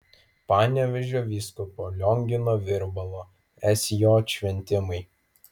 panevėžio vyskupo liongino virbalo sj šventimai